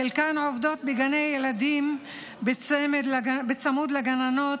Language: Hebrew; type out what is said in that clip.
חלקן עובדות בגני ילדים בצמוד לגננות,